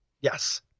yes